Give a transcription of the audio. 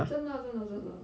真的真的真的